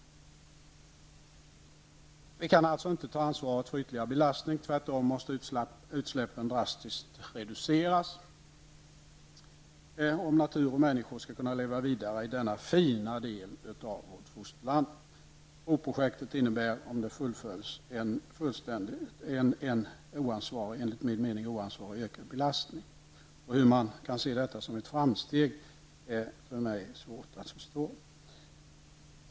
Vi kan alltså inte ta ansvar för ytterligare belastning. Tvärtom måste utsläppen drastiskt reduceras om natur och människor skall kunna leva vidare i denna fina del av vårt fosterland. Broprojektet innebär enligt min mening -- om det fullföljs -- en fullständigt oansvarig ökad belastning. Hur man kan se detta som ett framsteg är för mig svårt att förstå.